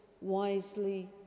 wisely